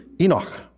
Enoch